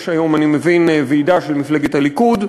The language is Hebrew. יש היום, אני מבין, ועידה של מפלגת הליכוד,